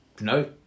No